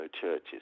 churches